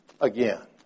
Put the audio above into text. again